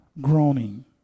groaning